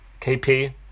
KP